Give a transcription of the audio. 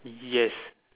yes